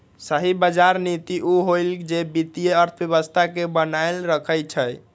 सही बजार नीति उ होअलई जे वित्तीय अर्थव्यवस्था के बनाएल रखई छई